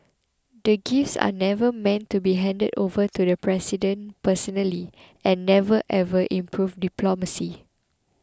the gifts are never meant to be handed over to the President personally and never ever improved diplomacy